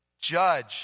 judge